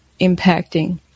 impacting